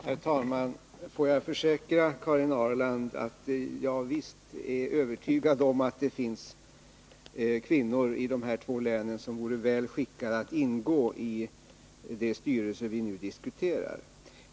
Herr talman! Får jag försäkra Karin Ahrland att jag visst är övertygad om att det finns kvinnor i de här två länen som vore väl skickade att ingå i de styrelser vi nu diskuterar.